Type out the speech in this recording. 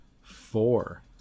four